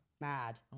mad